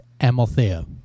Amalthea